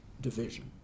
division